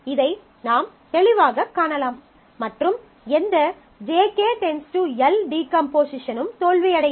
இதை நாம் தெளிவாகக் காணலாம் மற்றும் எந்த JK → L டீகம்போசிஷனும் தோல்வியடையும்